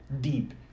deep